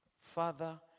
Father